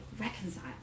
reconcile